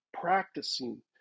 practicing